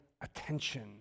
attention